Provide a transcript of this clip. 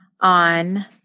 on